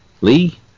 Lee